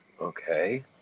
Okay